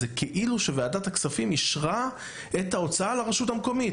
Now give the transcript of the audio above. זה כאילו שוועדת הכספים אישרה את ההוצאה לרשות המקומית.